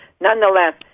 nonetheless